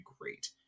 great